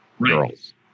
girls